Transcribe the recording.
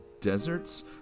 deserts